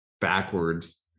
backwards